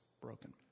broken